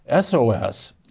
SOS